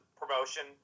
promotion